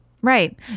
Right